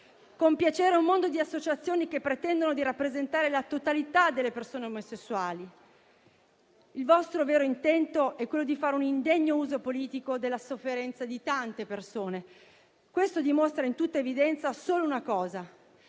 compiacere un mondo di associazioni che pretendono di rappresentare la totalità delle persone omosessuali. Il vostro vero intento è fare un indegno uso politico della sofferenza di tante persone. Ciò dimostra in tutta evidenza solo una cosa: